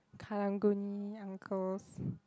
Karang-Guni uncles